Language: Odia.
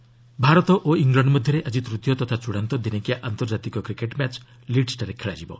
କିକେଟ୍ ଭାରତ ଓ ଇଂଲଣ୍ଡ ମଧ୍ୟରେ ଆଜି ତୂତୀୟ ତଥା ଚୂନାନ୍ତ ଦିନିକିଆ ଆନ୍ତର୍ଜାତିକ କ୍ରିକେଟ୍ ମ୍ୟାଚ୍ ଲିଡ୍ସ୍ଠାରେ ଖେଳାଯିବ